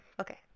Okay